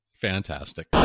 Fantastic